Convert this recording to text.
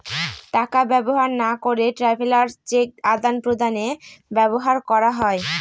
টাকা ব্যবহার না করে ট্রাভেলার্স চেক আদান প্রদানে ব্যবহার করা হয়